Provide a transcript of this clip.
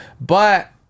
but-